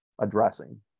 addressing